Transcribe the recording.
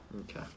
Okay